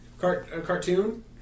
cartoon